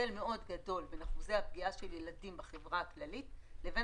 בין אחוזי הפגיעה של ילדים בחברה הכללית לבין